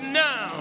now